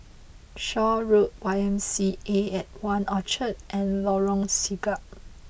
Shaw Road Y M C A at One Orchard and Lorong Siglap